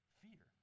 fear